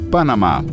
Panamá